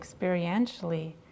experientially